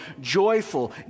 joyful